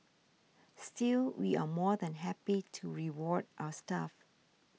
still we are more than happy to reward our staff